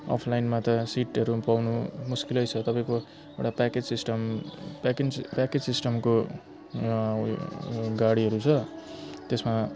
अफलाइनमा त सिटहरू पाउनु मुस्किल छ तपाईँको एउटा प्याकेज सिस्टम प्याकिङ प्याकेज सिस्टमको गाडीहरू छ त्यसमा